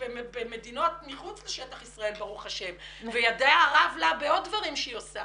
במדינות מחוץ לשטח ישראל וידיה רב לה בעוד דברים שהיא עושה